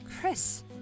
Chris